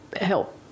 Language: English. help